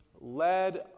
led